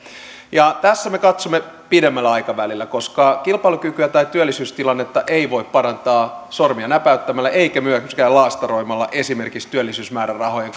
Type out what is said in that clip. tässä me katsomme pidemmällä aikavälillä koska kilpailukykyä tai työllisyystilannetta ei voi parantaa sormia näpäyttämällä eikä myöskään laastaroimalla esimerkiksi työllisyysmäärärahojen